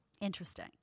Interesting